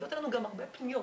מגיעות אלינו גם הרבה פניות,